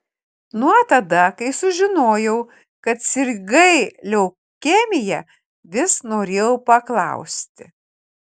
nuo tada kai sužinojau kad sirgai leukemija vis norėjau paklausti